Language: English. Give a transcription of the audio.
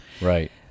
right